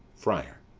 friar.